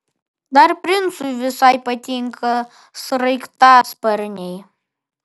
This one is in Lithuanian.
dar princui visai patinka sraigtasparniai